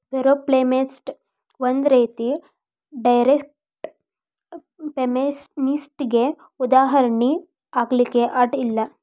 payroll payment ಒಂದ್ ರೇತಿ direct ಪೇಮೆನ್ಟಿಗೆ ಉದಾಹರ್ಣಿ ಅನ್ಲಿಕ್ಕೆ ಅಡ್ಡ ಇಲ್ಲ